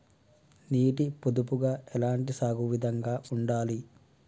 నీటి పొదుపుగా ఎలాంటి సాగు విధంగా ఉండాలి?